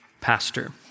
pastor